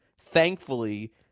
thankfully